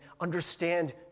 understand